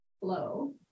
flow